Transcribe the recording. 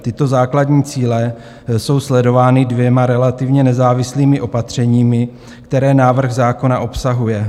Tyto základní cíle jsou sledovány dvěma relativně nezávislými opatřeními, které návrh zákona obsahuje.